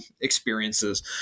experiences